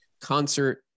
concert